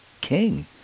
king